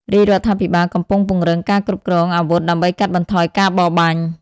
រាជរដ្ឋាភិបាលកំពុងពង្រឹងការគ្រប់គ្រងអាវុធដើម្បីកាត់បន្ថយការបរបាញ់។